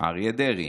אריה דרעי.